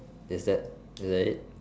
is that is that it